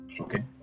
okay